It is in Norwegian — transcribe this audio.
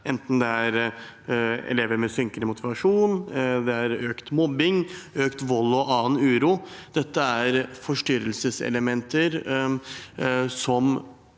enten det er elever med synkende motivasjon, økt mobbing, økt vold eller annen uro. Dette er forstyrrende elementer som